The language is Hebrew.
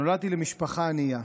נולדתי למשפחה ענייה.